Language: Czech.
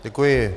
Děkuji.